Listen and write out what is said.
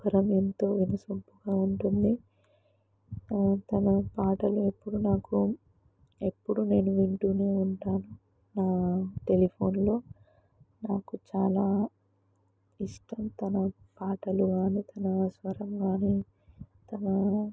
స్వరం ఎంతో వినసొంపుగా ఉంటుంది తన పాటలు ఎప్పుడూ నాకు ఎప్పుడూ నేను వింటూనే ఉంటాను నా టెలిఫోన్లో నాకు చాలా ఇష్టం తన పాటలు కానీ తన స్వరం కానీ తన